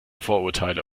vorurteile